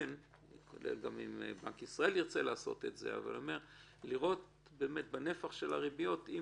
אולי גם בנק ישראל ירצה לעשות תראו בנפח של הריביות אם